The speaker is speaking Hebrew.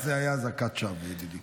באילת זו הייתה אזעקת שווא, ידידי.